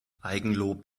eigenlob